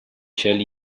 shell